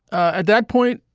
at that point,